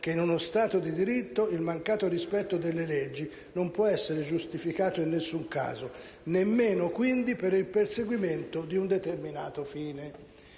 che in uno Stato di diritto il mancato rispetto delle leggi non può essere giustificato in nessun caso, nemmeno quindi per il perseguimento di un determinato fine.